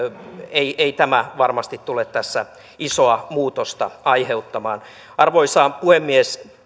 ei ei tämä varmasti tule tässä isoa muutosta aiheuttamaan arvoisa puhemies